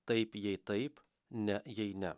taip jei taip ne jei ne